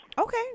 Okay